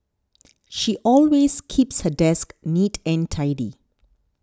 she always keeps her desk neat and tidy